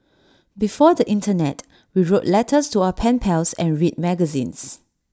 before the Internet we wrote letters to our pen pals and read magazines